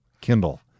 Kindle